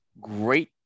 Great